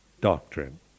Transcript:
Doctrine